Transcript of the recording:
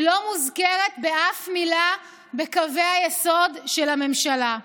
היא לא מוזכרת באף מילה בקווי היסוד של הממשלה.